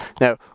now